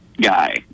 guy